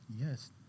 yes